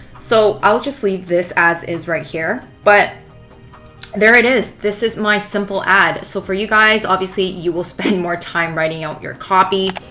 so i'll just leave this as is right here. but there it is. this is my simple ad. so for you guys, obviously, you will spend more time writing out your copy.